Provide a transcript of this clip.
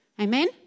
Amen